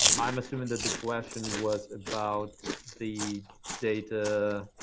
i'm assuming that the question was about the data.